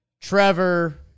Trevor